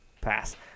Pass